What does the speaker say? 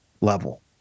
level